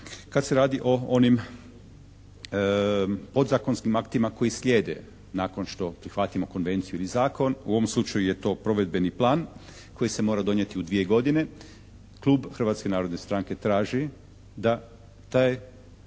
kad se radi o onim podzakonskim aktima koji sljede nakon što prihvatimo Konvenciju ili zakon. U ovom slučaju je to Provedbeni plan koji se mora donijeti u 2 godine. Klub Hrvatske narodne stranke traži da taj